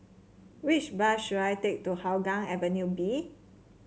which bus should I take to Hougang Avenue B